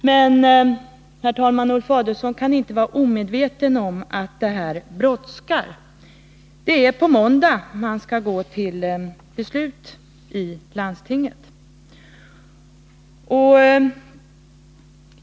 Men, herr talman, Ulf Adelsohn kan inte vara omedveten om att det brådskar. Det är på måndag som man skall gå till beslut i landstinget.